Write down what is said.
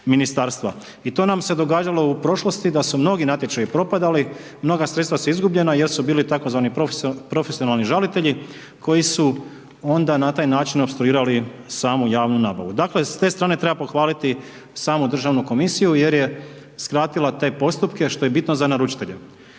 I to nam se događalo u prošlosti da su mnogi natječaji propadali, mnoga sredstva su izgubljena jer su bili tzv. profesionalni žalitelji koji su onda na taj način opstruirali samu javnu nabavu. Dakle, s te strane treba pohvaliti samu državnu komisiju jer je skratila te postupke, što je bitno za naručitelje.